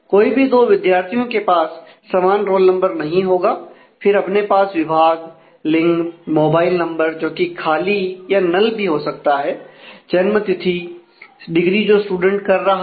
कोई भी 2 विद्यार्थियों के पास समान रोल नंबर नहीं होगा फिर अपने पास विभाग लिंग मोबाइल नंबर जो कि खाली या नल भी हो सकता है जन्मतिथि डिग्री जो स्टूडेंट कर रहा है